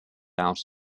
out